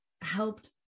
helped